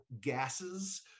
gases